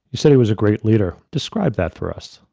you said he was a great leader. describe that for us.